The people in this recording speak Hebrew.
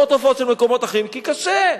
ועוד תופעות של מקומות אחרים, כי קשה,